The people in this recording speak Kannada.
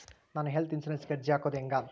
ನಾನು ಹೆಲ್ತ್ ಇನ್ಸುರೆನ್ಸಿಗೆ ಅರ್ಜಿ ಹಾಕದು ಹೆಂಗ?